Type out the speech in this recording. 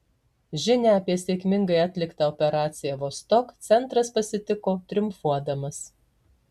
žinią apie sėkmingai atliktą operaciją vostok centras pasitiko triumfuodamas